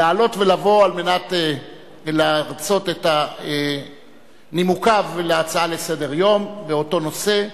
לעלות ולבוא על מנת להרצות את נימוקיו להצעה לסדר-היום באותו נושא,